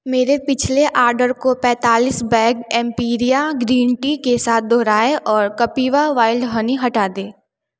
मेरे पिछले आर्डर को पैंतालिस बैग एम्पिरिआ ग्रीन टी के साथ दोहराएँ और कपिवा वाइल्ड हनी हटा दें